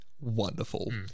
wonderful